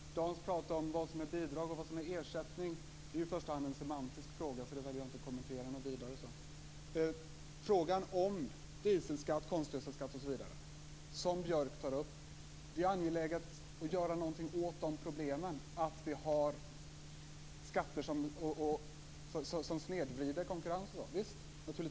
Fru talman! Dan Ericsson talar om vad som är bidrag och vad som är ersättning. Det är i första hand en semantisk fråga, så den vill jag inte kommentera vidare. Björk tar upp frågan om dieselskatt, konstgödselskatt osv. Det är angeläget att göra någonting åt dessa problem, att vi har skatter som snedvrider konkurrensen.